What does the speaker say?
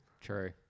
True